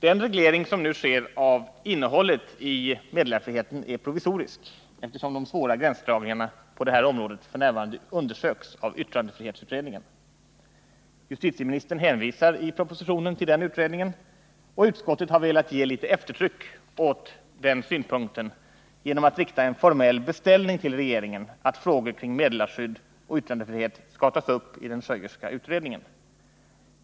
Den reglering som nu sker av innehållet i meddelarfriheten är provisorisk, eftersom de svåra gränsdragningarna på det här området f. n. undersöks av yttrandefrihetsutredningen. Justitieministern hänvisar i propositionen till den utredningen, och utskottet har velat ge litet eftertryck åt denna punkt genom att rikta en formell beställning till regeringen att frågor kring meddelarskydd och yttrandefrihet skall tas upp i den Schöierska utredningen.